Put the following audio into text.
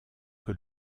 que